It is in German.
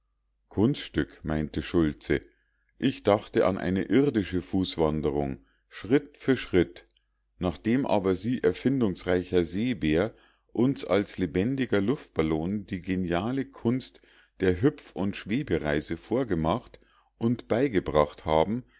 kunststück meinte schultze ich dachte an eine irdische fußwanderung schritt für schritt nachdem aber sie erfindungsreicher seebär uns als lebendiger luftballon die geniale kunst der hüpf und schwebereise vorgemacht und beigebracht haben